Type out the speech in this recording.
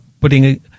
putting